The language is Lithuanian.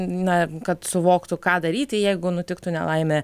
na kad suvoktų ką daryti jeigu nutiktų nelaimė